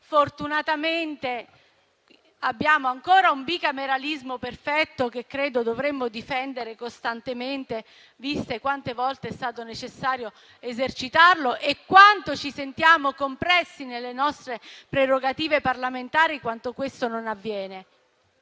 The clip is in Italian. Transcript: fortunatamente abbiamo ancora un bicameralismo perfetto, che credo dovremmo difendere costantemente, visto quante volte è stato necessario esercitarlo e quanto ci sentiamo compressi nelle nostre prerogative parlamentari quando questo non avviene.